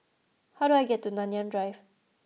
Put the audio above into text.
how do I get to Nanyang Drive